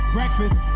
Breakfast